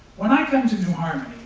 when i come to new harmony,